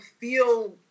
feel